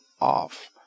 off